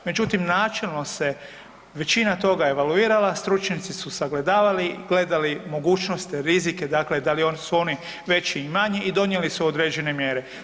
Međutim, načelno se većina toga evaluirala, stručnjaci su sagledavali i gledali mogućnosti rizike, dakle da li su oni veći ili manji i donijeli su određene mjere.